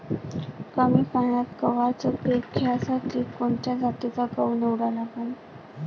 कमी पान्यात गव्हाचं पीक घ्यासाठी कोनच्या जातीचा गहू निवडा लागन?